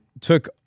took